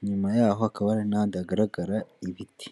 inyuma yaho hakaba hari n'ahandi hagaragara ibiti.